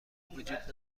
وجود